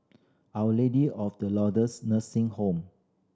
Our Lady of the Lourdes Nursing Home